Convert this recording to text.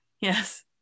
Yes